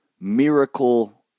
miracle